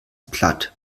platt